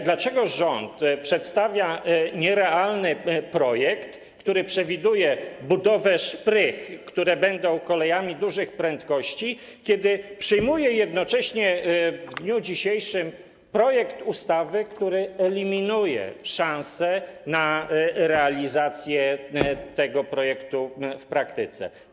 Dlaczego rząd przedstawia nierealny projekt, który przewiduje budowę szprych, które będą kolejami dużych prędkości, kiedy przyjmuje jednocześnie w dniu dzisiejszym projekt ustawy, który eliminuje szanse na realizację tego projektu w praktyce?